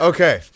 Okay